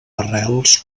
arrels